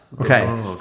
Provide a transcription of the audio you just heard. Okay